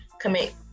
commit